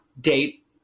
date